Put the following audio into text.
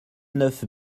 neuf